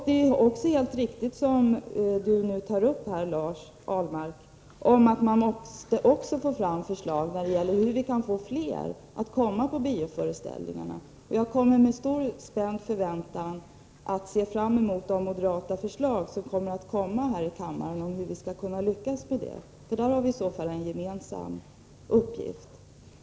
Det är helt riktigt —som Lars Ahlmark tar upp — att man också måste lägga fram förslag till hur vi skall kunna få flera att komma till bioföreställningarna, och jag kommer med spänd förväntan att se fram mot moderata förslag som kommer att läggas fram här i kammaren om hur vi skall lyckas med det. Där har vi i så fall en gemensam uppgift.